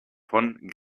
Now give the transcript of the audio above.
von